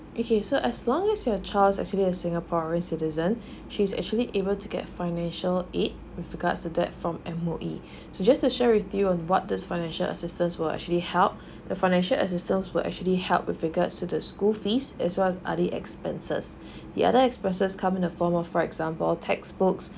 okay so as long as your child is actually a singaporean citizen she is actually able to get financial aid with regards to that from M_O_E so just share with you on what this financial assistance will actually help the financial assistance will actually help with regards to the school fees as well other expenses the other expenses come in a form of for example textbooks